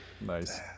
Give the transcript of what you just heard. Nice